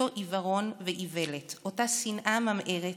אותם עיוורון ואיוולת, אותה שנאה ממארת,